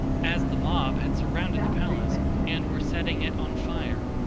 as the mob had surrounded the palace and were setting it on fire,